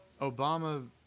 Obama